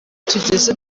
tugeze